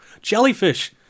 jellyfish